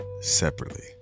separately